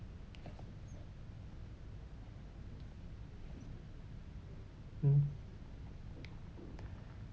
mm